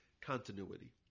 continuity